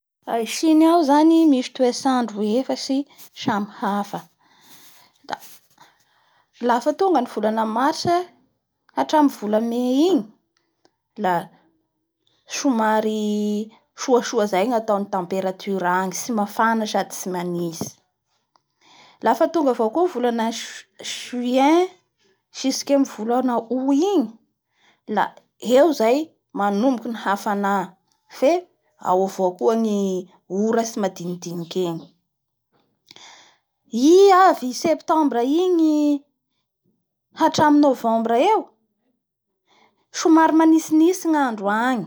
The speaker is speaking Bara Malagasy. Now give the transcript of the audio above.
Ao i Chiny ao zany misy toetsandro efatsy samby hafa da lafa tonga ny vola Mars ka hatramin'ny vola Mais igny la somary soasoa zay gny nataon'ny < >temperature agny tsy mafan sady tsy manitsy laf tonga avao koa ny vola juin jusque amin'ny volana Aout igny eo zany manomboky ny hafana fe ao avao ny oro tsimadinidiniky egny, i avy i Septembra igny hatramin'ny Novembre eo somary manitsinitsy ny andro agny lafa tonga amizay koa ny desambra jusque amin'ny fevrie manaraky igny somary soasoa zay ny andro agny koa, manitsinitsy soasoa zay avao koa ngandro.